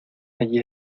allí